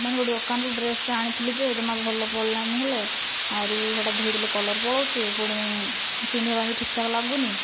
ମାନେ ଗୋଟିଏ ଦେକାନରୁ ଡ୍ରେସ୍ଟିଏ ଆଣିଥିଲି ଯେ ଜମା ଭଲ ପଡ଼ିଲାନି ହେଲେ ଆହୁରି ସେଇଟା ଧୋଇଦେଲେ କଲର ପଳାଉଛି ପୁଣି ପିନ୍ଧିବା ପାଇଁ ବି ଠିକ୍ଠାକ୍ ଲାଗୁନାହିଁ